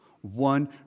One